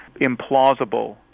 implausible